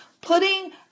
Putting